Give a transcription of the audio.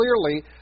clearly